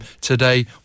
today